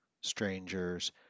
strangers